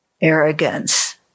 arrogance